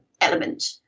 element